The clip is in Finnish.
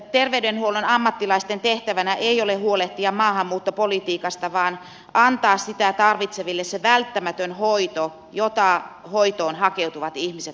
terveydenhuollon ammattilaisten tehtävänä ei ole huolehtia maahanmuuttopolitiikasta vaan antaa sitä tarvitseville se välttämätön hoito jota hoitoon hakeutuvat ihmiset tarvitsevat